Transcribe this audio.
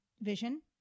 vision